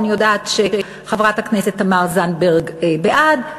אני יודעת שחברת הכנסת תמר זנדברג בעד,